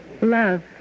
Love